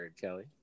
Kelly